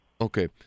okay